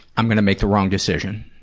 i'm gonna make the wrong decision,